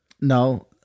No